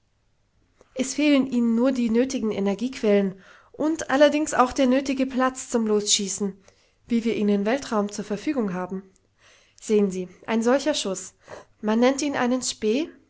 es fehlen ihnen nur die nötigen energiequellen und allerdings auch der nötige platz zum losschießen wie wir ihn im weltraum zur verfügung haben sehen sie ein solcher schuß man nennt ihn einen